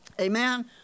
amen